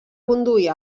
conduir